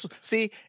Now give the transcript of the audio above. see